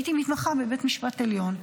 הייתי מתמחה בבית משפט עליון.